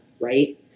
right